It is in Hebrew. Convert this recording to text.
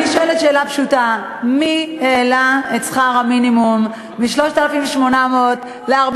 אני שואלת שאלה פשוטה: מי העלה את שכר המינימום מ-3,800 ל-4,300?